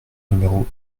numéro